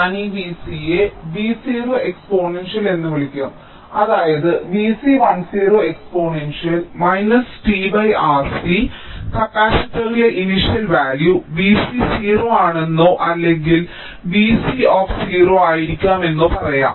ഞാൻ ഈ Vcയെ V0 എക്സ്പോണൻഷ്യൽ എന്ന് വിളിക്കും അതായത് Vc10 exponential t by R c കപ്പാസിറ്ററിലെ ഇനിഷ്യൽ വാല്യൂ Vc 0 ആണെന്നോ അല്ലെങ്കിൽ Vc ആയിരിക്കാമെന്നോ പറയാം